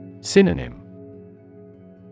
Synonym